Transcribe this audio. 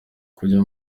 kujya